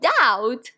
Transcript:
doubt